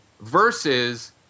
versus